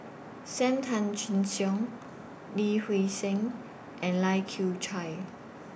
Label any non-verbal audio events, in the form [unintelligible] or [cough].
SAM Tan Chin Siong Lee [unintelligible] Seng and Lai Kew Chai